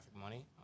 money